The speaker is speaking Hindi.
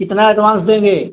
कितना एडवांस देंगे